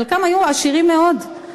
חלקם היו עשירים מאוד.